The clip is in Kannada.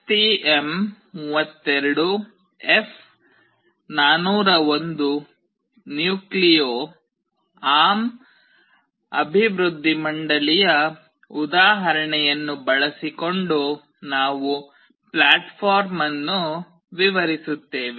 STM32F401 ನ್ಯೂಕ್ಲಿಯೊ ARM ಅಭಿವೃದ್ಧಿ ಮಂಡಳಿಯ ಉದಾಹರಣೆಯನ್ನು ಬಳಸಿಕೊಂಡು ನಾವು ಪ್ಲಾಟ್ಫಾರ್ಮನ್ನು ವಿವರಿಸುತ್ತೇವೆ